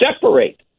separate